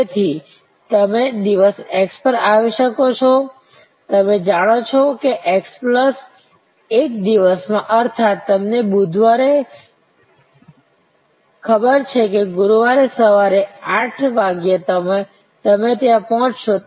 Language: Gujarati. તેથી તમે દિવસ x પર આવી શકો છો તમે જાણો છો કે x1 દિવસ માંઅર્થત તમને બુધવારે ખબેર છે કે ગુરુવારે સવારે 8 વાગ્યા તમે ત્યાં પહોંચશો